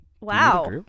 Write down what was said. wow